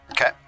Okay